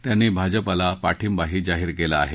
त्यांनी भाजपाला पाठिंबाही जाहीर केला आहे